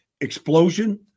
explosion